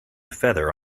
feather